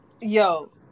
Yo